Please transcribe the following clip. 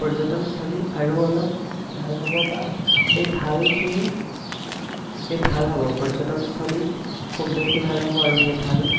পৰ্যটনস্থলী আৰু অলপ ভাল হ'ব বা সেই ভালখিনি সেই ভাল হ'ব পৰ্যটনস্থলীত খুব বেছি ভাল হ'ব আৰু সেই ভাল